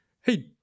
hey